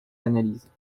l’analyse